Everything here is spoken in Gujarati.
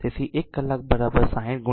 તેથી 1 કલાક 60 6